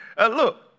look